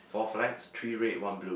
four flags three red one blue